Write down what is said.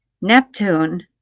neptune